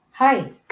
hi